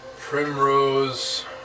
Primrose